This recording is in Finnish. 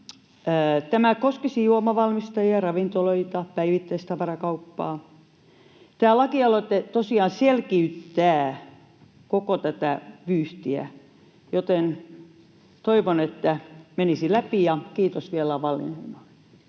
Tämä koskisi juomavalmistajia, ravintoloita, päivittäistavarakauppaa. Tämä lakialoite tosiaan selkiyttää koko tätä vyyhtiä, joten toivon, että se menisi läpi. Kiitos vielä Wallinheimolle.